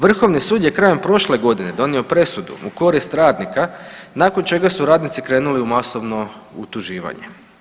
Vrhovni sud je krajem prošle godine donio presudu u korist radnika nakon čega su radnici krenuli u masovno utuživanje.